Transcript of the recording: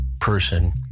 person